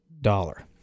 dollar